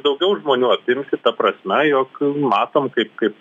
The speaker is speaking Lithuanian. daugiau žmonių apimti ta prasme jog matom kaip kaip